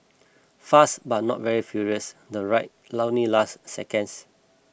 fast but not very furious the ride only lasted seconds